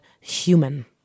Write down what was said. human